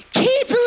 keep